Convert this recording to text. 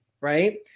right